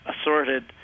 assorted